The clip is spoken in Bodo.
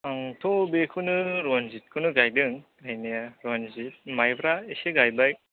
आंथ' बेखौनो रनजितखौनो गायदो गायनाया माइब्रा एसे गायबाय